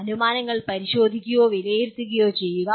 അനുമാനങ്ങൾ പരിശോധിക്കുകയോ വിലയിരുത്തുകയോ ചെയ്യുക